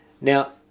now